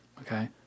Okay